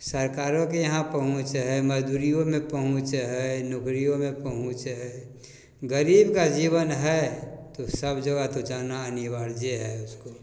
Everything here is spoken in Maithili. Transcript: सरकारोके इहाँ पहुँच हइ मजदूरिओमे पहुँच हइ नौकरिओमे पहुँच हइ गरीब का जीवन है तो सब जगह तो जाना अनिवार्ये है उसको अँए